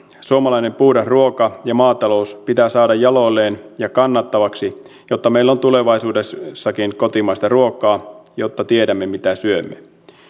suomalainen puhdas ruoka ja maatalous pitää saada jaloilleen ja kannattavaksi jotta meillä on tulevaisuudessakin kotimaista ruokaa jotta tiedämme mitä syömme